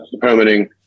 permitting